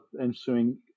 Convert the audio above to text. ensuing